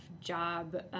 job